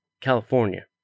California